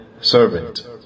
Servant